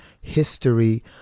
history